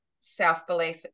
self-belief